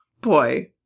Boy